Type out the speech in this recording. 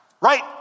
Right